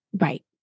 Right